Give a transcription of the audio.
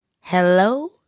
Hello